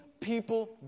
people